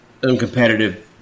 uncompetitive